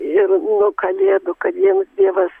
ir kalėdų kad jiems dievas